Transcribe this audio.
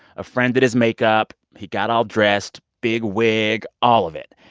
a friend did his makeup. he got all dressed big wig, all of it.